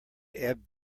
ebb